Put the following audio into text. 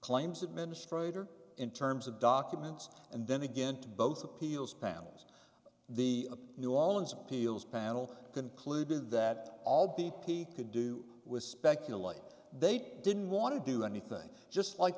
claims administrator in terms of documents and then again to both appeals panels the new orleans appeals panel concluded that all b p could do was speculate they didn't want to do anything just like